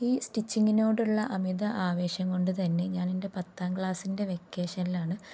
ഈ സ്റ്റിച്ചിങ്ങിനോടുള്ള അമിത ആവേശം കൊണ്ടുതന്നെ ഞാനെൻ്റെ പത്താം ക്ലാസ്സിൻ്റെ വെക്കേഷനിലാണ്